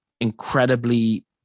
incredibly